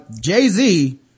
Jay-Z